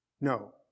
No